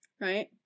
right